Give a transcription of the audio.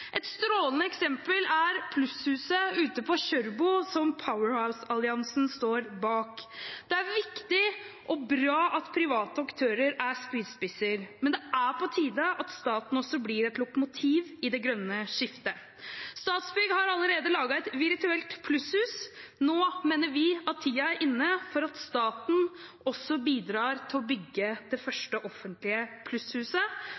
Et strålende eksempel er plusshuset ute på Kjørbo, som Powerhouse-alliansen står bak. Det er viktig og bra at private aktører er spydspisser, men det er på tide at staten også blir et lokomotiv i det grønne skiftet. Statsbygg har allerede laget et virtuelt plusshus. Nå mener vi at tiden er inne for at staten også bidrar til å bygge det første offentlige plusshuset.